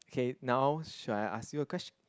okay now shall I ask you a question